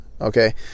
okay